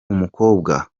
umukobwa